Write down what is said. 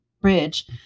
bridge